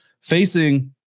facing